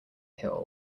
hill